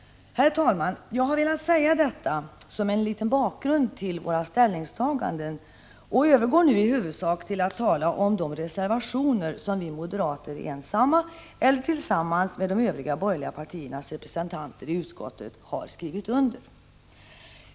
Herr talman! Jag har velat säga detta som en bakgrund till våra ställningstaganden och övergår nu i huvudsak till att tala om de reservationer som vi moderater ensamma eller tillsammans med de övriga borgerliga partiernas representanter i utskottet har skrivit under.